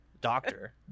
doctor